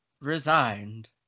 resigned